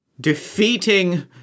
defeating